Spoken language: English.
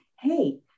hey